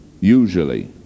Usually